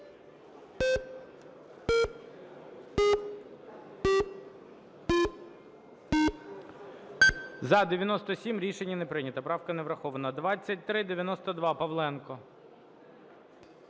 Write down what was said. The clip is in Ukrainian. За-97 Рішення не прийнято. Правка не врахована. 2392, Павленко.